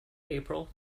april